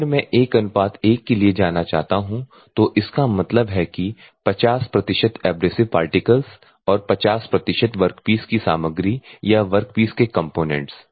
अगर मैं 1 1 के लिए जाना चाहता हूं तो इसका मतलब है कि 50 प्रतिशत एब्रेसिव पार्टिकल्स और 50 प्रतिशत वर्कपीस की सामग्री या वर्कपीस के कंपोनेंट्स